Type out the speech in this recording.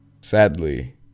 Sadly